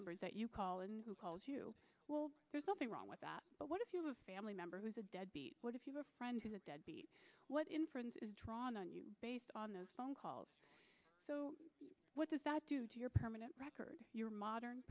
numbers that you call and who calls you well there's nothing wrong with that but what if you're a family member who's a deadbeat what if you're a friend who's a deadbeat what inference is drawn on you based on those phone calls what does that do to your permanent record your modern